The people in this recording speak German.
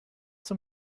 zum